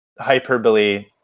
hyperbole